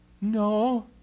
no